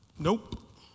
Nope